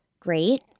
great